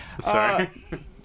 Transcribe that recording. Sorry